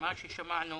מה ששמענו